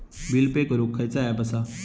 Bill pay करूक खैचो app असा?